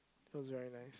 that was very nice